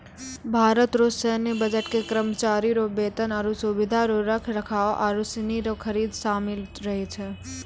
भारत रो सैन्य बजट मे करमचारी रो बेतन, आरो सुबिधा रो रख रखाव आरू सनी रो खरीद सामिल रहै छै